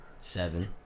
Seven